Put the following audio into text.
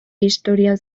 historian